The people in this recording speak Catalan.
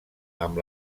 amb